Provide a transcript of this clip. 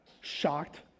shocked